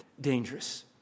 dangerous